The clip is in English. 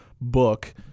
book